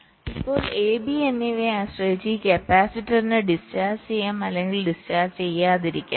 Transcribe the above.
ഇപ്പോൾ A B എന്നിവയെ ആശ്രയിച്ച് ഈ കപ്പാസിറ്ററിന് ഡിസ്ചാർജ് ചെയ്യാം അല്ലെങ്കിൽ ഡിസ്ചാർജ് ചെയ്യാതിരിക്കാം